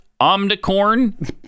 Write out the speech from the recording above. Omnicorn